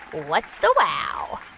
what's the wow?